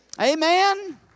amen